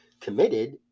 committed